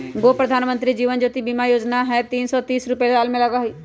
गो प्रधानमंत्री जीवन ज्योति बीमा योजना है तीन सौ तीस रुपए साल में लगहई?